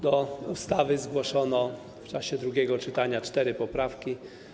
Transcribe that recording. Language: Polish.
Do ustawy zgłoszono w czasie drugiego czytania cztery poprawki.